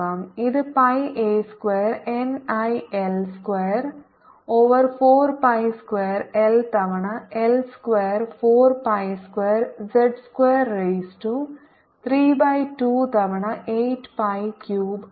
ഇത് pi a square N I L square over 4 pi square L തവണ L square 4 pi square z square raise to 3 by 2 തവണ 8 pi cube ആണ്